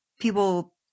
people